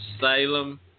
Salem